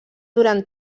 durant